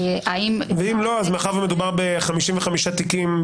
אם די בו ויש בו ראיות,